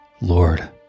lord